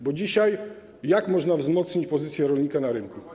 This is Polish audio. Bo dzisiaj jak można wzmocnić pozycję rolnika na rynku?